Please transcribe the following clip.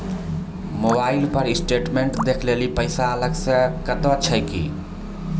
Mobile पर statement देखे लेली पैसा अलग से कतो छै की?